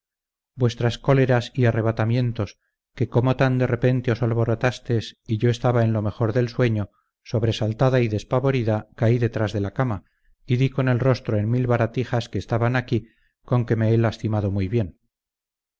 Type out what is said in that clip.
vuestras cóleras y arrebatamientos que como tan de repente os alborotastes y yo estaba en lo mejor del sueño sobresaltada y despavorida caí detrás de la cama y dí con el rostro en mil baratijas que estaban aquí con que me he lastimado muy bien